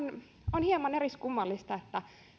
on hieman eriskummallista että